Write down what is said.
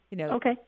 Okay